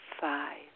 five